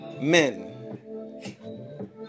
Men